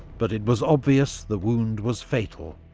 but it was obvious the wound was fatal,